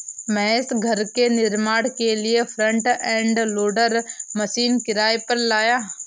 महेश घर के निर्माण के लिए फ्रंट एंड लोडर मशीन किराए पर लाया